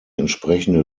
entsprechende